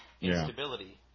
instability